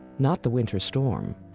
not the winter storm,